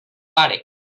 pare